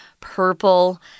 purple